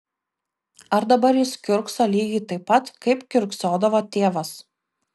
ar dabar jis kiurkso lygiai taip pat kaip kiurksodavo tėvas